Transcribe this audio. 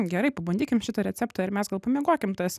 gerai pabandykim šitą receptą ir mes gal ką miegokim tas